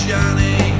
Johnny